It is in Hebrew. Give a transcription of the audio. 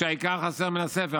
כשהעיקר חסר מן הספר,